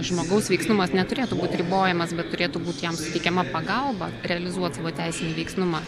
žmogaus veiksnumas neturėtų būti ribojamas bet turėtų būti jam suteikiama pagalba realizuot savo teisinį veiksnumą